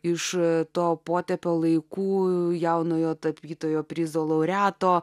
iš to potėpio laikų jaunojo tapytojo prizo laureato